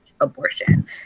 abortion